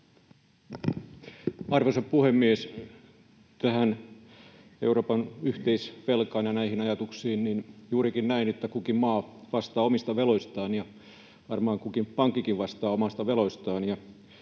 Arvoisa puhemies! Tähän Euroopan yhteisvelkaan ja näihin ajatuksiin: juurikin näin, että kukin maa vastaa omista veloistaan ja varmaan kukin pankkikin vastaa omista veloistaan.